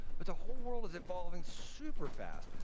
but the whole world is evolving super fast,